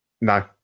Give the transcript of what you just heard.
No